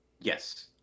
yes